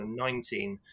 2019